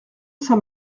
saint